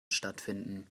stattfinden